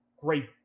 great